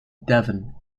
devon